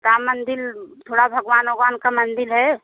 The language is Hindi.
राम मंदिर थोड़ा भगवान वगवान का मंदिर है